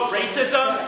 racism